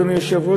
אדוני היושב-ראש,